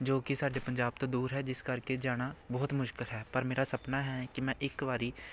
ਜੋ ਕਿ ਸਾਡੇ ਪੰਜਾਬ ਤੋਂ ਦੂਰ ਹੈ ਜਿਸ ਕਰਕੇ ਜਾਣਾ ਬਹੁਤ ਮੁਸ਼ਕਿਲ ਹੈ ਪਰ ਮੇਰਾ ਸਪਨਾ ਹੈ ਕਿ ਮੈਂ ਇੱਕ ਵਾਰੀ